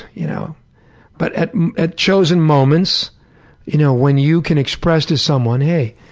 you know but at at chosen moments you know when you can express to someone hey,